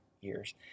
years